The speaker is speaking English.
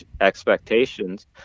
expectations